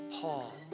Paul